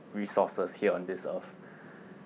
resources here on this earth